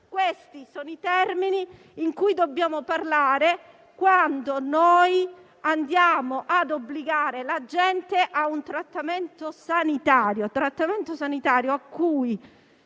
Questi sono i termini in cui dobbiamo parlare quando andiamo ad obbligare la gente a un trattamento sanitario a cui, se fossimo in